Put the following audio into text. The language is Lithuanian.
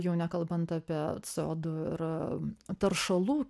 jau nekalbant apie co du ir taršalų